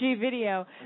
video